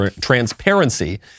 transparency